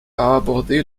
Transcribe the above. abordé